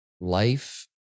life